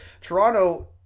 Toronto